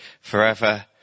forever